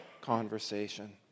conversation